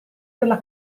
della